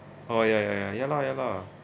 oh ya ya ya ya lah ya lah